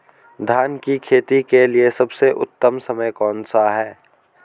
धान की खेती के लिए सबसे उत्तम समय कौनसा है?